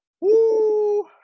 Woo